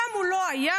שם הוא לא היה,